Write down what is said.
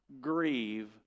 grieve